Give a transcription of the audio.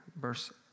verse